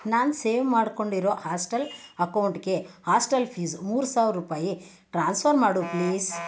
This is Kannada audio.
ನಾನು ಸೇವ್ ಮಾಡಿಕೊಂಡಿರೋ ಆಸ್ಟಲ್ ಅಕೌಂಟ್ಗೆ ಆಸ್ಟೆಲ್ ಫೀಸ್ ಮೂರು ಸಾವಿರ ರೂಪಾಯಿ ಟ್ರಾನ್ಸ್ಫರ್ ಮಾಡು ಪ್ಲೀಸ್